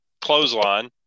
clothesline